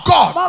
God